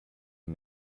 you